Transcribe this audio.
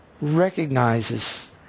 recognizes